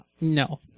no